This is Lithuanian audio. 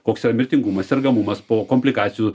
koks yra mirtingumas sergamumas po komplikacijų